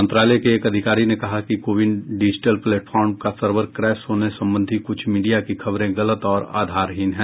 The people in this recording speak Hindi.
मंत्रालय के एक अधिकारी ने कहा कि कोविन डिजिटल प्लेटफॉर्म का सर्वर क्रैश होने संबंधी कुछ मीडिया की खबरें गलत और आधारहीन हैं